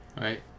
right